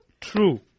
true